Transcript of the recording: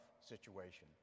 situation